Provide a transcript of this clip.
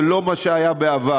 זה לא מה שהיה בעבר.